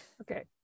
Okay